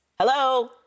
Hello